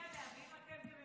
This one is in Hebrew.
אני מעדיפה שנצביע עליה,